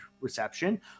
reception